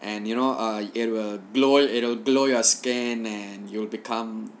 and you know err it will glow it'll glow your skin and you'll become